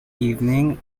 evening